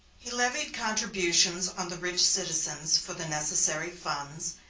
he levied contributions on the rich citizens for the necessary funds,